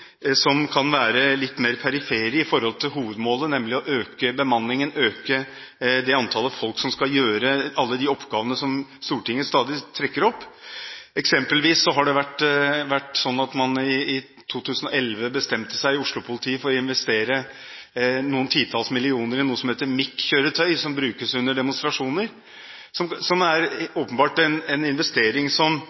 som kan være litt mer perifere i forhold til hovedmålet, nemlig å øke bemanningen, øke det antallet folk som skal gjøre alle de oppgavene som Stortinget stadig trekker opp. Eksempelvis bestemte man seg i Oslo-politiet i 2011 for å investere noen titalls millioner i noe som heter MIK-kjøretøy, som brukes under demonstrasjoner. Det er åpenbart en investering